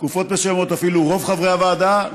תקופות מסוימות אפילו רוב חברי הוועדה,